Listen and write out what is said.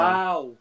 Wow